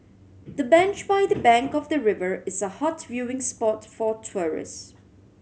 the bench by the bank of the river is a hot viewing spot for tourist